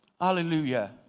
Hallelujah